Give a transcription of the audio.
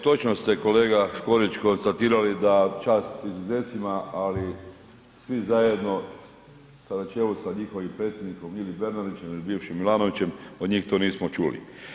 Točno ste kolega Škorić konstatirali da čast izuzecima ali svi zajedno na čelu sa njihovim predsjednikom ili Bernardićem ili bivšim Milanovićem od njih to nismo čuli.